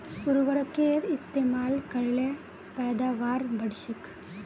उर्वरकेर इस्तेमाल कर ल पैदावार बढ़छेक